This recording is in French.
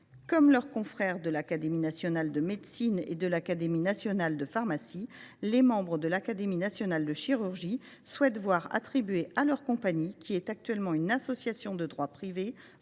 comme leurs confrères de l’Académie nationale de médecine et de l’Académie nationale de pharmacie, les membres de l’Académie nationale de chirurgie souhaitent voir attribuer à leur compagnie, qui est actuellement une association de droit privé